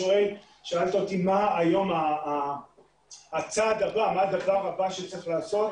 שאלת אותי מה הדבר הבא שצריך לעשות